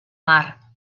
mar